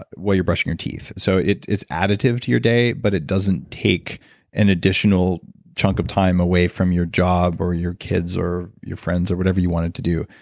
but way you're brushing your teeth. so it's additive to your day, but it doesn't take an additional chunk of time away from your job or your kids or your friends or whatever you wanted to do.